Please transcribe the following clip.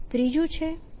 ત્રીજું છે પ્રોમોશન